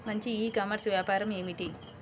మంచి e commerce వ్యాపారం ఏమిటీ?